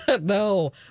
No